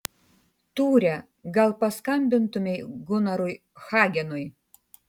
tūre gal paskambintumei gunarui hagenui